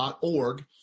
.org